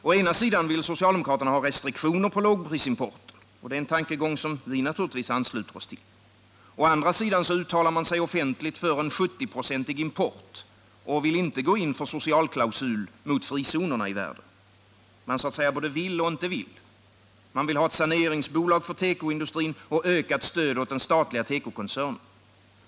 Å ena sidan vill socialdemokraterna ha restriktioner för lågprisimporten — och det är en tankegång som vi naturligtvis ansluter oss till — men å andra sidan uttalar de sig offentligt för en 70-procentig import och vill inte gå in för en socialklausul mot frizonerna i världen. Man så att säga både vill och inte vill. Man vill ha ett saneringsbolag för tekoindustrin och ökat stöd åt den statliga tekokoncernen.